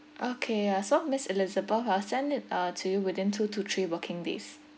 okay uh so miss elizabeth I will send it uh to you within two to three working days